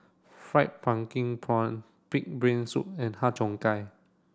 fried pumpkin prawn pig brain soup and Har Cheong Gai